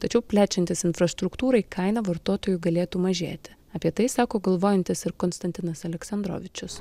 tačiau plečiantis infrastruktūrai kaina vartotojui galėtų mažėti apie tai sako galvojantis ir konstantinas aleksandrovičius